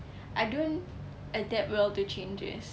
I don't adapt well to changes